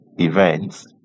events